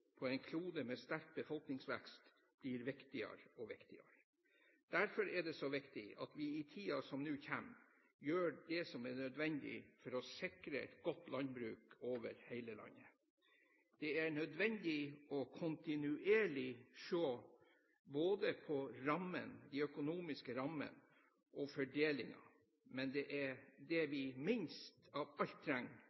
på en klode med sterk befolkningsvekst blir viktigere og viktigere. Derfor er det viktig at vi i tiden som nå kommer, gjør det som er nødvendig for å sikre et godt landbruk over hele landet. Det er nødvendig kontinuerlig å se på både de økonomiske rammene og fordelingen, men det vi minst av alt trenger i denne situasjonen, er